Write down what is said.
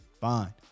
Fine